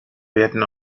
werden